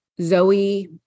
Zoe